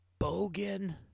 Bogan